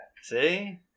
See